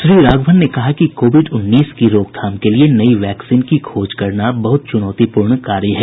श्री राघवन ने कहा कि कोविड उन्नीस की रोकथाम के लिए नई वैक्सीन की खोज करना बहुत चुनौतीपूर्ण कार्य है